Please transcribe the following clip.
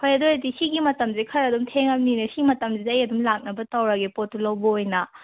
ꯐꯔꯦ ꯑꯗꯨ ꯑꯣꯏꯔꯗꯤ ꯁꯤꯒꯤ ꯃꯇꯝꯁꯦ ꯈꯔ ꯑꯗꯨꯝ ꯊꯦꯡꯉꯕꯅꯤꯅ ꯁꯤ ꯃꯇꯝꯁꯤꯗ ꯑꯩ ꯑꯗꯨꯝ ꯂꯥꯛꯅꯕ ꯇꯧꯔꯒꯦ ꯄꯣꯠꯇꯨ ꯂꯧꯕ ꯑꯣꯏꯅ